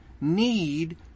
need